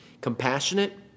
compassionate